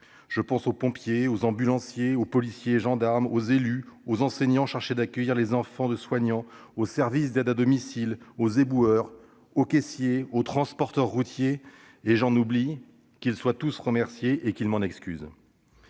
Je pense aux pompiers, aux ambulanciers, aux policiers et gendarmes, aux élus, aux enseignants chargés d'accueillir les enfants de soignants, aux aides à domicile, aux éboueurs, aux caissiers ou encore aux transporteurs routiers : qu'ils soient tous remerciés, et que ceux